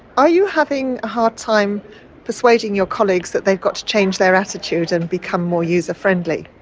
are you having a hard time persuading your colleagues that they've got to change their attitude and become more user-friendly?